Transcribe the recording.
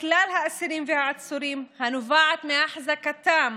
כלל האסירים והעצורים הנובעת מהחזקתם